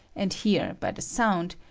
and hear by the sound,